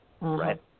right